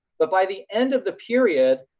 but by the end of the period,